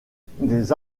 des